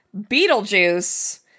Beetlejuice